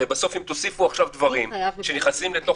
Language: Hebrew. הרי בסוף אם תוסיפו עכשיו דברים שנכנסים לתוך